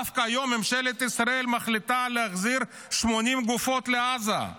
אני אמרתי: כל פעם שאתם תתחילו להחליף פה דעות,